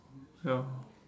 ya